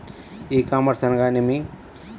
ఈ కామర్స్ అనగానేమి?